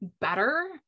better